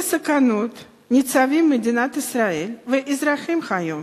סכנות ניצבים מדינת ישראל והאזרחים היום.